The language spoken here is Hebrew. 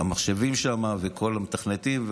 המחשבים שם, וכל המתכנתים.